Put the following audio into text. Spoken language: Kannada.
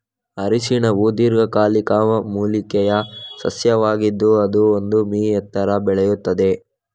ಅರಿಶಿನವು ದೀರ್ಘಕಾಲಿಕ ಮೂಲಿಕೆಯ ಸಸ್ಯವಾಗಿದ್ದು ಅದು ಒಂದು ಮೀ ಎತ್ತರ ಬೆಳೆಯುತ್ತದೆ